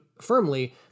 firmly